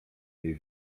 jej